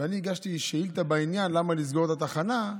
אני הגשתי שאילתה בעניין, למה לסגור את התחנה,